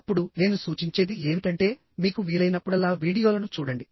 అప్పుడు నేను సూచించేది ఏమిటంటే మీకు వీలైనప్పుడల్లా వీడియోలను చూడండి